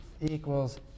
equals